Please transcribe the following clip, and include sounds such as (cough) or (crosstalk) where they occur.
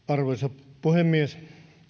(unintelligible) arvoisa puhemies